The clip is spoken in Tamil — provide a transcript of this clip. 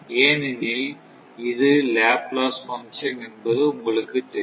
ஏனெனில் அது லாப்லாஸ் பங்க்சன் என்பது உங்களுக்கு தெரியும்